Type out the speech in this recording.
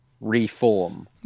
reform